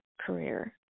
career